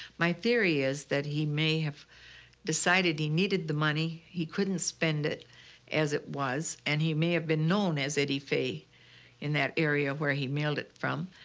my theory is that he may have decided he needed the money. he couldn't spend it as it was, and he may have been known as eddie fay in that area where he mailed it from.